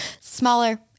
smaller